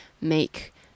make